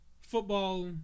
football